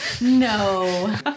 No